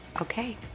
Okay